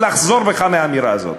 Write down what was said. לחזור בך מהאמירה הזאת.